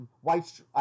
White